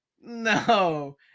no